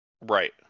Right